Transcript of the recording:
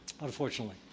unfortunately